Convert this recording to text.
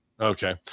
Okay